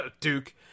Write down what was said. Duke